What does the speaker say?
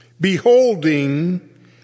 beholding